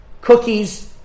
cookies